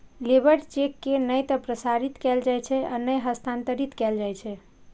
labour cheque के नै ते प्रसारित कैल जाइ छै आ नै हस्तांतरित कैल जाइ छै